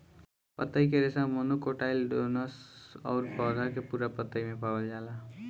पतई के रेशा मोनोकोटाइलडोनस अउरी पौधा के पूरा पतई में पावल जाला